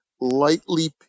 lightly